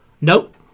Nope